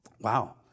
Wow